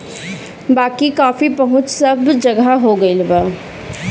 बाकी कॉफ़ी पहुंच सब जगह हो गईल बा